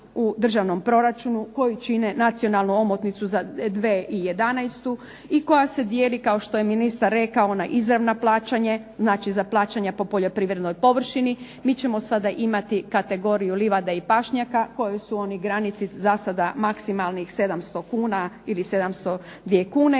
u državnom proračunu koji čine nacionalnu omotnicu za 2011. i koja se dijeli kao što je ministar rekao na izravna plaćanja, znači za plaćanja po poljoprivrednoj površini. Mi ćemo sada imati kategoriju livada i pašnjaka koji su oni granici zasada maksimalnih 700 kuna ili 702 kune